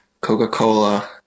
Coca-Cola